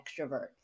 extrovert